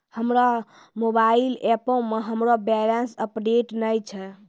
हमरो मोबाइल एपो मे हमरो बैलेंस अपडेट नै छै